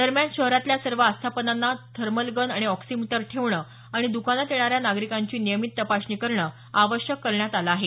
दरम्यान शहरातल्या सर्व आस्थापनांना थर्मलगन आणि ऑक्सिमीटर ठेवणं आणि दकानात येणाऱ्या नागरिकांची नियमित तपासणी करणं आवश्यक करणयात आलं आहे